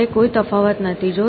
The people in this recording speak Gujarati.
આપણા માટે કોઈ તફાવત નથી